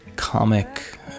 comic